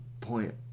point